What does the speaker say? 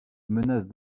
menace